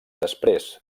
després